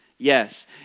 Yes